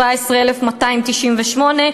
17,298,